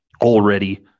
already